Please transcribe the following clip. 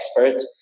expert